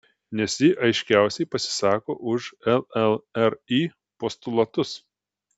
nes ji aiškiausiai pasisako už llri postulatus